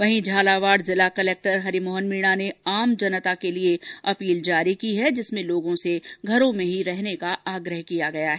वहीं झालावाड़ जिला कलेक्टर हरिमोहन मीणा ने आम जनता के लिए अपील जारी की है जिसमें लोगों से घरों में ही रहने का आग्रह किया गया है